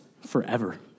forever